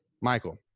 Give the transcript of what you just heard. Michael